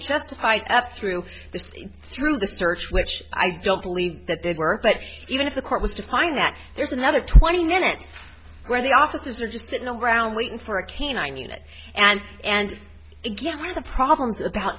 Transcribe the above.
justified up through this through the search which i don't believe that they were but even if the court was to find that there's another twenty minutes where the officers are just sitting around waiting for a canine unit and and again one of the problems about